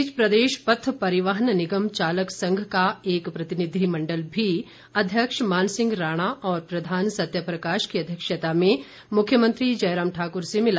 इस बीच प्रदेश पथ परिवहन निगम चालक संघ का एक प्रतिनिधिमंडल भी अध्यक्ष मान सिंह राणा और प्रधान सत्यप्रकाश की अध्यक्षता में मुख्यमंत्री जयराम ठाकुर से मिला